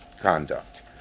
conduct